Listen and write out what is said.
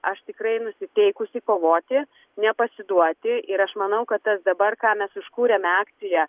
aš tikrai nusiteikusi kovoti nepasiduoti ir aš manau kad tas dabar ką mes užkūrėme akciją